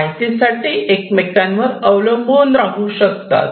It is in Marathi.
माहितीसाठी एकमेकांवर अवलंबून राहू शकतात